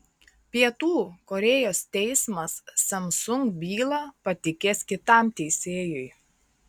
pietų korėjos teismas samsung bylą patikės kitam teisėjui